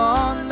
on